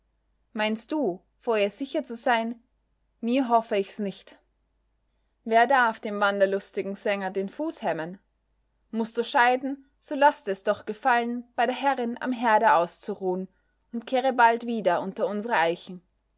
meinst du vor ihr sicher zu sein mir hoffe ich's nicht wer darf dem wanderlustigen sänger den fuß hemmen mußt du scheiden so laß dir's doch gefallen bei der herrin am herde auszuruhen und kehre bald wieder unter unsere eichen